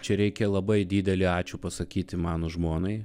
čia reikia labai didelį ačiū pasakyti mano žmonai